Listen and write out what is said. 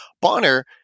Bonner